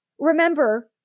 Remember